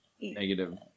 Negative